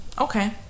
Okay